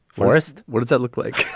forest. what does it look like?